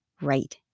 right